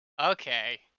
Okay